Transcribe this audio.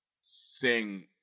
sing